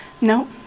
no